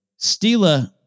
Stila